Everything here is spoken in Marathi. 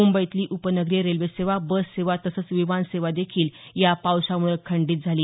मुंबईतली उपनगरीय रेल्वे सेवा बस सेवा तसंच विमान सेवेदेखील या पावसामुळे खंडीत झाली